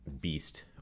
beast